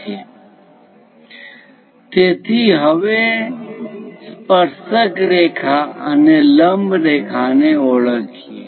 તેથી ચાલો હવે સ્પર્શક રેખા અને લંબ રેખા ને ઓળખીએ